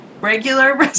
regular